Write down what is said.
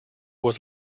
was